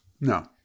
No